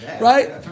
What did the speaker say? Right